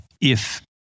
if-